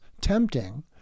tempting